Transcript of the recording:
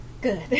Good